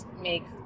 make